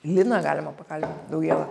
liną galima pakalbint daugėlą